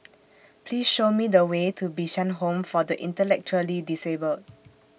Please Show Me The Way to Bishan Home For The Intellectually Disabled